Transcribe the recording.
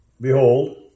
Behold